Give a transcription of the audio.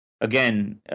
again